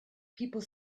people